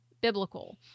biblical